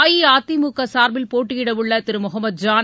அஇஅதிமுக சார்பில் போட்டியிட உள்ள திரு முகமத் ஜான்